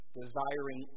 desiring